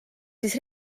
siis